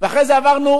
אחרי זה עברנו